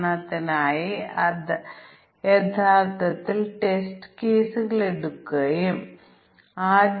ഞങ്ങൾ ഇവിടെ വ്യക്തമാക്കാത്തത് ഇവിടെയുള്ള അതിരുകൾ മറികടക്കുന്ന തീയതികളെക്കുറിച്ചാണ്